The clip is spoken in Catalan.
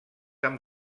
amb